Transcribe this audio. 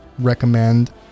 recommend